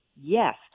yes